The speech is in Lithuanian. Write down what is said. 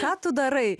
ką tu darai